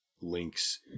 links